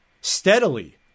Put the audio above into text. steadily